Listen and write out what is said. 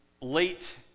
late